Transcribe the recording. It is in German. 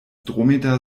dromedar